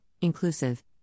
inclusive